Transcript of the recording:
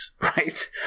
Right